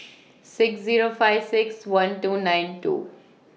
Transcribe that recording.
six Zero five six one two nine two